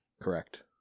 Correct